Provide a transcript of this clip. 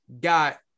got